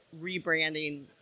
rebranding